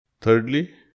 Thirdly